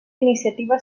iniciativa